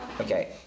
Okay